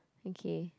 okay